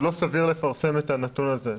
זה לא סביר לפרסם את הנתון הזה.